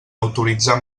autoritzar